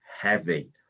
heavy